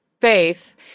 faith